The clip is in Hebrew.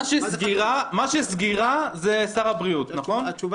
מה שקרה הוא שחוק לתיקון ולקיום תוקפן